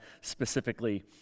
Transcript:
specifically